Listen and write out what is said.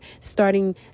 starting